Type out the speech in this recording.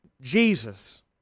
Jesus